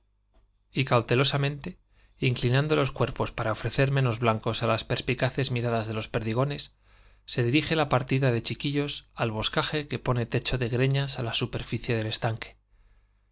y cautelosamente inclinando los cuerpos para ofrecer menos blancos á las perspicaces miradas de los perdigones se dirige la partida de chiquillos al boscaje que pone techo de greñas á la superficie del estanque